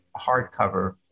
hardcover